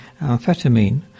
amphetamine